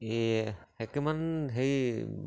এই অকণমান হেৰি